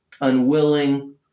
unwilling